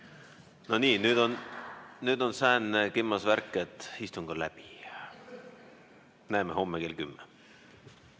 No nii, nüüd om säänne kimmas värk, et istung on läbi. Näeme homme kell 10.